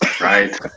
right